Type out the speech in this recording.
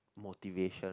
motivation